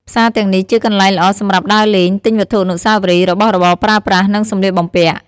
ផ្សារទាំងនេះជាកន្លែងល្អសម្រាប់ដើរលេង ទិញវត្ថុអនុស្សាវរីយ៍ របស់របរប្រើប្រាស់ និងសម្លៀកបំពាក់ ។